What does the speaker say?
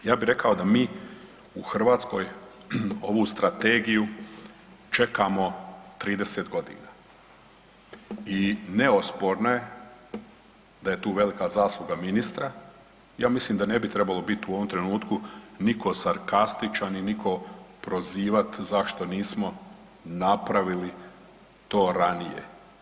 Ja bi rekao da mi u Hrvatskoj ovu strategiju čekamo 30 godina i neosporna je da je tu velika zasluga ministra, ja mislim da ne bi trebalo biti u ovom trenutku nitko sarkastičan i nitko prozivat zašto nismo napravili to ranije.